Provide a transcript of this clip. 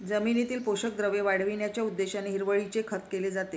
जमिनीतील पोषक द्रव्ये वाढविण्याच्या उद्देशाने हिरवळीचे खत केले जाते